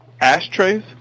Ashtrays